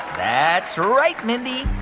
that's right, mindy.